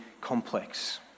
complex